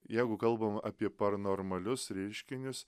jeigu kalbam apie paranormalius reiškinius